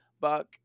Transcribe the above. buck